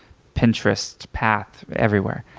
pinterest, path, everywhere,